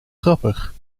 grappig